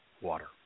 water